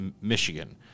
Michigan